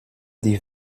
die